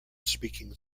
speaking